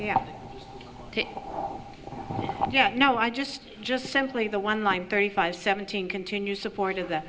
yeah yeah no i just just simply the one line thirty five seventeen continued support